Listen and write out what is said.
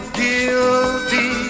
guilty